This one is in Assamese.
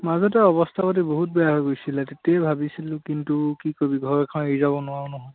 মাজতে অৱস্থা পাতি বহুত বেয়া হৈ গৈছিলে তেতিয়াই ভাবিছিলোঁ কিন্তু কি কৰিবি ঘৰ এখন এৰি যাব নোৱাৰোঁ নহয়